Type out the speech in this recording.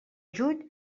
juny